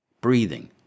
breathing